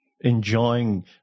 enjoying